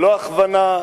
ללא הכוונה,